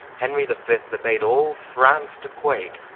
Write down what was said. henry the fift, that made all france to quake,